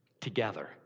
together